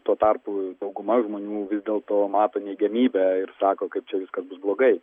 tuo tarpu dauguma žmonių vis dėl to mato neigiamybę ir sako kaip čia viskas bus blogai